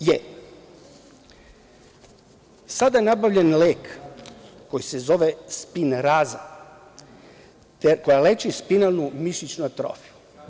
je sada nabavljen lek koji se zove spinraza, koja leči spinalnu mišićnu atrofiju.